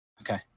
Okay